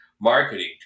marketing